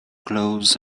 clothes